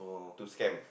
to scam